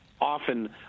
often